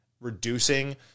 reducing